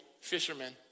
fishermen